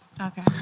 Okay